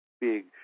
big